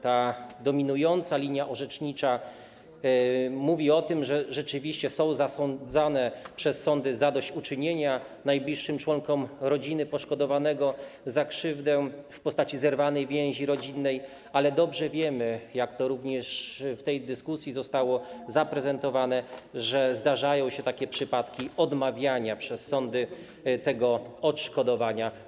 Ta dominująca linia orzecznicza mówi o tym, że rzeczywiście są zasądzane przez sądy zadośćuczynienia najbliższym członkom rodziny poszkodowanego za krzywdę w postaci zerwanej więzi rodzinnej, ale dobrze wiemy, jak to również w tej dyskusji zostało zaprezentowane, że zdarzają się przypadki odmawiania przez sądy tego odszkodowania.